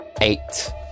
eight